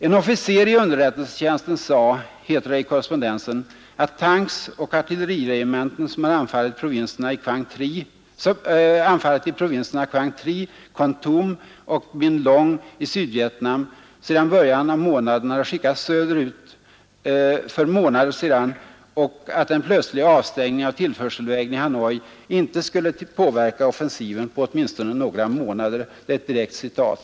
”En officer i underrättelsetjänsten sade”, heter det i korrespondensen, ”att tanks och artilleriregementen, som har anfallit i provinserna Quang Tri, Kon Tum och Binh Long i Sydvietnam sedan början av månaden, hade skickats söderut för månader sedan och att en plötslig avstängning av tillförselvägen i Hanoi inte skulle påverka offensiven på åtminstone några månader.” Det är ett direkt citat.